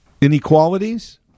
inequalities